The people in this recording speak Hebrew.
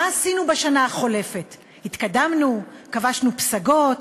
מה עשינו בשנה החולפת, התקדמנו, כבשנו פסגות?